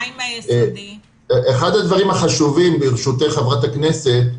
אחד הדברים החשובים ברשותך חברת הכנסת,